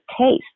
taste